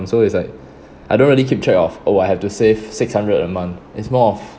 so it's like I don't really keep track of oh I have to save six hundred a month it's more of